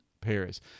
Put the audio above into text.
Paris